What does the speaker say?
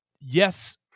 yes